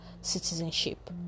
citizenship